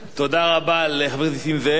תודה רבה לחבר הכנסת נסים זאב.